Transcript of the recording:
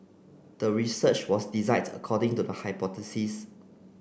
the research was designed according to the hypothesis